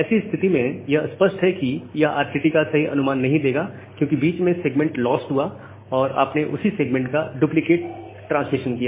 ऐसी स्थिति में यह स्पष्ट है कि यह RTT का सही अनुमान नहीं देगा क्योंकि बीच में सेगमेंट लॉस्ट हुआ और आपने उसी सेगमेंट का डुप्लीकेट ट्रांसमिशन किया